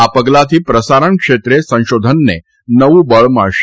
આ પગલાંથી પ્રસારણક્ષેત્રે સંશોધનને નવું બળ મળશે